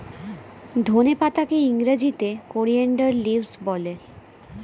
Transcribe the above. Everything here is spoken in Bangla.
ধনে পাতাকে ইংরেজিতে কোরিয়ানদার লিভস বলে